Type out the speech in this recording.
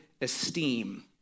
esteem